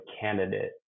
candidate